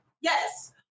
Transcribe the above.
yes